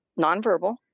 nonverbal